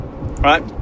right